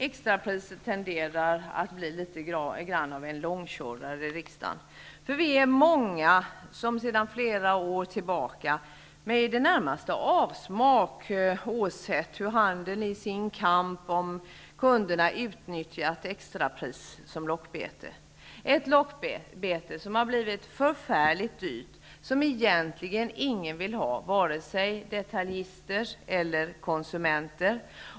Extrapriset tenderar att bli något av en långkörare här i riksdagen, för vi är många som sedan flera år tillbaka med i det närmaste avsmak åsett hur handeln i sin kamp om kunderna utnyttjat extrapriser som lockbete. Det lockbetet har blivit förfärligt dyrt och något som egentligen ingen vill ha, vare sig detaljister eller konsumenter.